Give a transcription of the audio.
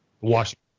Washington